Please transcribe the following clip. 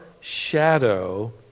shadow